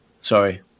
Sorry